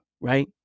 right